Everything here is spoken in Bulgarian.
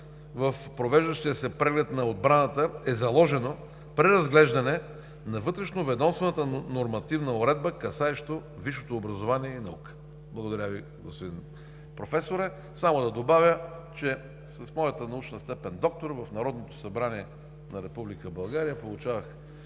в провеждащия се преглед на отбраната е заложено преразглеждане на вътрешноведомствената нормативна уредба, касаещо висшето образование и наука. Благодаря Ви, господин Професоре. Само да добавя, че с моята научна степен „доктор“ в Народното събрание на Република